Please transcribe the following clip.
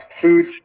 food